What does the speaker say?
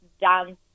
dance